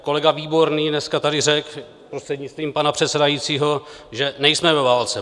Kolega Výborný dneska tady řekl, prostřednictvím pana předsedajícího, že nejsme ve válce.